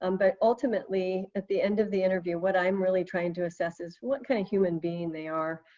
um but ultimately at the end of the interview, what i'm really trying to assess is what kind of human being they are.